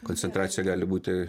koncentracija gali būti